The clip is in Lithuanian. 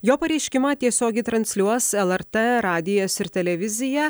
jo pareiškimą tiesiogiai transliuos lrt radijas ir televizija